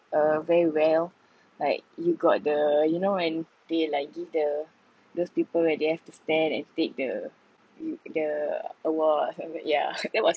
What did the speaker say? uh very well like you got the you know when they like give the those people where they have to stand and take the the award yeah that was